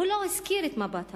הוא לא הזכיר את מפת הדרכים,